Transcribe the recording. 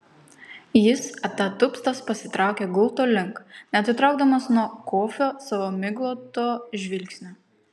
jis atatupstas pasitraukė gulto link neatitraukdamas nuo kofio savo migloto žvilgsnio